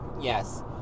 Yes